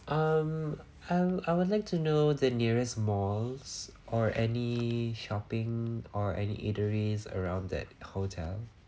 um and I would like to know the nearest malls or any shopping or any eateries around that hotel